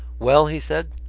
well? he said.